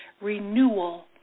renewal